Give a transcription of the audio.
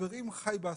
חי באספמיה.